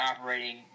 operating